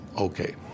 okay